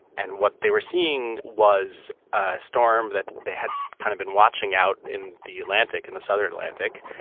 and what they were seeing was a storm that they had kind of been watching out in the atlantic and the southern atlantic,